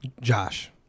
Josh